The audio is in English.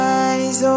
eyes